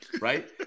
right